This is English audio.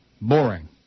boring